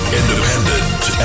independent